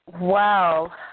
Wow